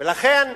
ולכן,